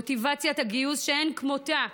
מוטיבציית גיוס שאין כמותה.